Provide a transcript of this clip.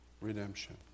redemption